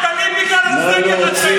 מי אתה בכלל?